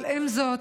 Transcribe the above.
עם זאת,